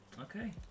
okay